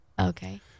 Okay